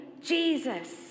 Jesus